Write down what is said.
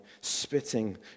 spitting